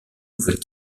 nouvelle